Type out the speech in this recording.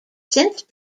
since